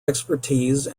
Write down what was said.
expertise